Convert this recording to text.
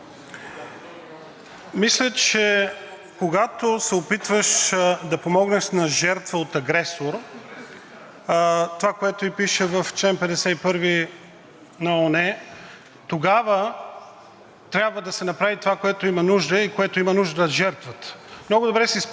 това, което и пише в чл. 51 на ООН, тогава трябва да се направи това, което има нужда и което има нужда жертвата. Много добре си спомняте, че в Четиридесет и седмото народно събрание ние направихме точно това, което поискаха от Украйна, и гласувахме